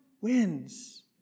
wins